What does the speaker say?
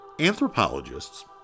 Anthropologists